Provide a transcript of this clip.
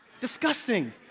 disgusting